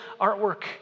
artwork